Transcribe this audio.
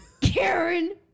Karen